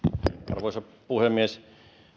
arvoisa puhemies